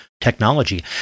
technology